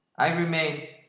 i remained,